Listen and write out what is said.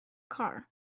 car